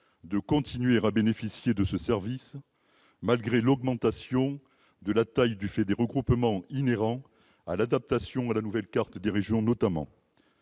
de continuer à bénéficier de ce service, malgré une augmentation de taille liée aux regroupements inhérents à l'adaptation à la nouvelle carte des régions, notamment.